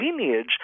lineage